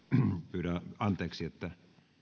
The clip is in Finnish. pyydän anteeksi että